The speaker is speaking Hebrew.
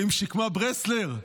האם שקמה ברסלר?